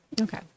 Okay